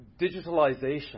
digitalization